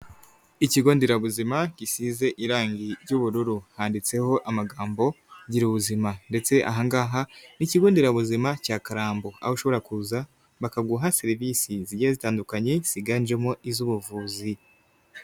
Ikigo nderabuzima gisize irangi ry'ubururu. handitseho amagambo gira ubuzima ndetse aha ngaha n'ikigo nderabuzima cya karambo, aho ushobora kuza bakaguha serivisi zigera zitandukanye ziganjemo iz'ubuvuzi.